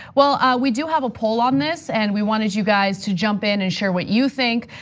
well, we do have a poll on this and we wanted you guys to jump in and share what you think.